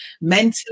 mentally